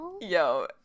Yo